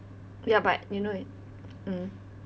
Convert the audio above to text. ya but you know mm